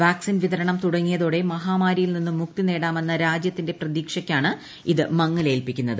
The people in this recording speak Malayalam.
വാക്സിൻ വിതരണം തുടങ്ങിയതോടെ മഹാമാരിയിൽ നിന്നും മുക്തി നേടാമെന്ന രാജൃത്തിന്റെ പ്രതീക്ഷയ്ക്കാണ് ഇത് മങ്ങലേൽപിക്കുന്നത്